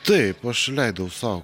taip aš leidau sau